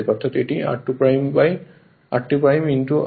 অর্থাৎ এটি r21s 1 হবে